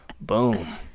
Boom